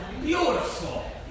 beautiful